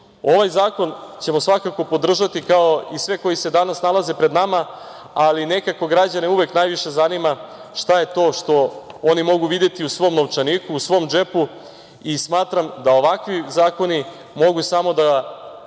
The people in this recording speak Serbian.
zakon ćemo svakako podržati, kao i sve koji se danas nalaze pred nama, ali nekako građane uvek najviše zanima šta je to oni mogu videti u svom novčaniku, u svom džepu. Smatram da ovakvi zakoni mogu samo da